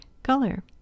color